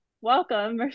Welcome